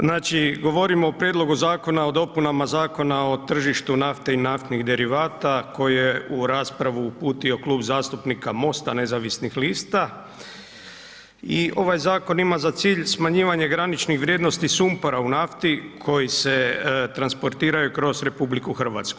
Znači, govorimo o Prijedlogu zakona o dopunama Zakona o tržištu nafte i naftnih derivata koje je u raspravu uputio Klub zastupnika MOST-a nezavisnih lista i ovaj zakon ima za cilj smanjivanje graničnih vrijednosti sumpora u nafti koji se transportiraju kroz RH.